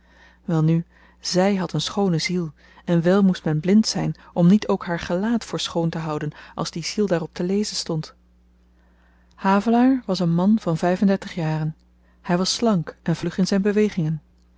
welnu zy had een schoone ziel en wel moest men blind zyn om niet ook haar gelaat voor schoon te houden als die ziel daarop te lezen stond havelaar was een man van vyf en dertig jaren hy was slank en vlug in zyn bewegingen